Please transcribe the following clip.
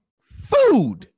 food